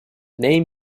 name